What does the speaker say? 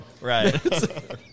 Right